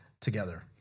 together